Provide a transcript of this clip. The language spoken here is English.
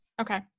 okay